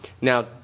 Now